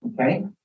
okay